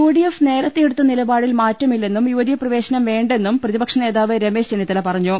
U D F നേരത്തെയെടുത്ത നിലപാടിൽ മാറ്റമില്ലെന്നും യുവതി പ്രവേശനം വേണ്ടെന്നും പ്രതിപക്ഷ നേതാവ് രമേശ് ചെന്നിത്തല പറഞ്ഞു